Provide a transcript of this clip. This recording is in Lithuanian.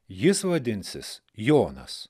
jis vadinsis jonas